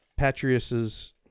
Patrius's